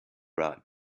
rod